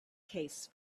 case